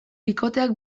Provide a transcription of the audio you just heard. bikoteak